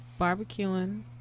barbecuing